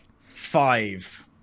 Five